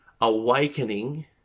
awakening